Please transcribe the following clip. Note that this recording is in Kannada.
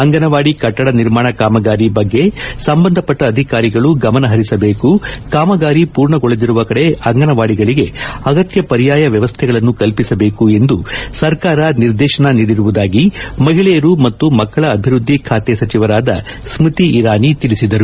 ಅಂಗನವಾಡಿ ಕಟ್ಟಡ ನಿರ್ಮಾಣ ಕಾಮಗಾರಿ ಬಗ್ಗೆ ಸಂಬಂಧಪಟ್ಟ ಅಧಿಕಾರಿಗಳು ಗಮನಹರಿಸಬೇಕು ಕಾಮಗಾರಿ ಪೂರ್ಣಗೊಳ್ಳದಿರುವ ಕಡೆ ಅಂಗನವಾಡಿಗಳಿಗೆ ಅಗತ್ಯ ಪರ್ಯಾಯ ವ್ಯವಸ್ಥೆಗಳನ್ನು ಕಲ್ಪಿಸಬೇಕು ಎಂದು ಸರ್ಕಾರ ನಿರ್ದೇಶನ ನೀಡಿರುವುದಾಗಿ ಮಹಿಳೆಯರು ಮತ್ತು ಮಕ್ಕಳ ಅಭಿವೃದ್ದಿ ಖಾತೆಯ ಸಚಿವರಾದ ಸ್ಮೃತಿ ಇರಾನಿ ತಿಳಿಸಿದರು